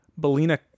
Belina